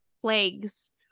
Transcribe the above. plagues